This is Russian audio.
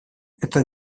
это